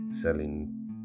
selling